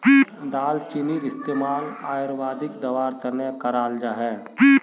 दालचीनीर इस्तेमाल आयुर्वेदिक दवार तने कराल जाहा